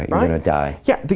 right, you're gonna die. yeah,